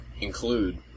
Include